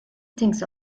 thinks